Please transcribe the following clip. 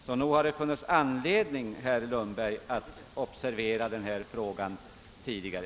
Så nog har det funnits anledning, herr Lundberg, att observera den här frågan tidigare.